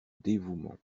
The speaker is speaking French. dévouement